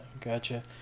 gotcha